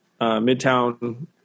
Midtown